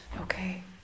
Okay